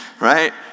right